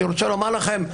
אני רוצה לומר לכם,